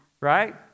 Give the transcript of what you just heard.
right